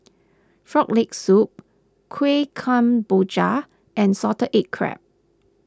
Frog Leg Soup Kuih Kemboja and Salted Egg Crab